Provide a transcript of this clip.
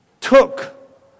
took